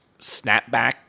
snapback